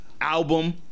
album